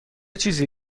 چیزی